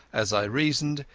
as i reasoned,